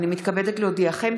הינני מתכבדת להודיעכם,